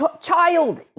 child